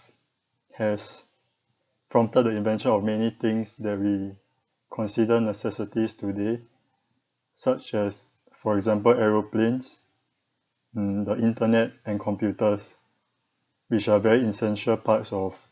has prompted the invention of many things that we consider necessities today such as for example aeroplanes mm the internet and computers which are very essential parts of